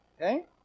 okay